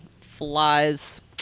flies